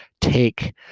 take